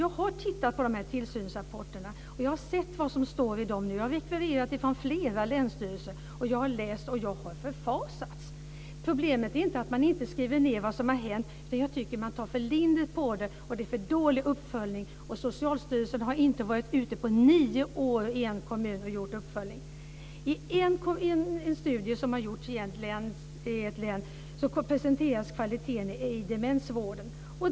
Jag har tittat på tillsynsrapporterna och sett vad som står i dem. Jag har rekvirerat rapporter från flera länsstyrelser. Jag har läst och förfasats. Problemet är inte att man inte skriver ned vad som har hänt utan att man tar för lindrigt på det. Det är för dålig uppföljning. I en kommun har Socialstyrelsen inte varit ute på nio år och gjort någon uppföljning. I en studie som har gjorts i ett län presenteras kvaliteten i demensvården.